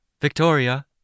Victoria